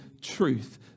truth